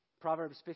Proverbs